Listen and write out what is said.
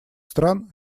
стран